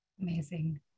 Amazing